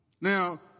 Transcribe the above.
Now